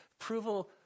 approval